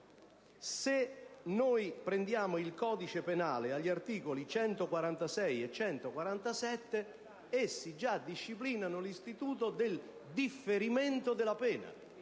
se prendiamo il codice penale, agli articoli 146 e 147 essi già disciplinano l'istituto del differimento della pena.